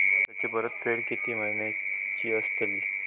कर्जाची परतफेड कीती महिन्याची असतली?